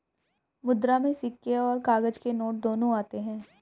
मुद्रा में सिक्के और काग़ज़ के नोट दोनों आते हैं